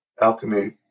alchemy